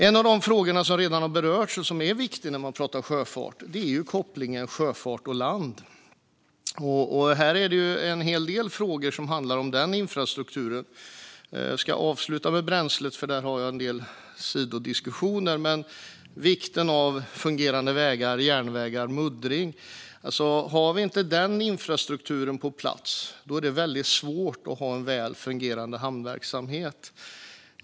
En av de frågor som redan har berörts och som är viktig när man pratar om sjöfart är kopplingen mellan sjöfart och land. Här finns det en hel del frågor som handlar om denna infrastruktur. Jag ska avsluta med bränslet, eftersom jag där har en del sidodiskussioner. Men det är viktigt med fungerande vägar, järnvägar och muddring. Har vi inte denna infrastruktur på plats är det väldigt svårt att ha en väl fungerande hamnverksamhet.